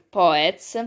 poets